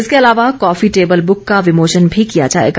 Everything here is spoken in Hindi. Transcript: इसके अलावा कॉफी टेबल बुक का विमोचन भी किया जाएगा